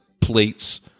plates